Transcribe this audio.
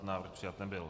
Návrh přijat nebyl.